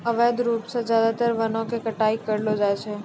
अवैध रूप सॅ ज्यादातर वनों के कटाई करलो जाय छै